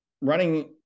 running